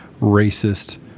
racist